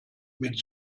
mit